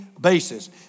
basis